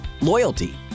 loyalty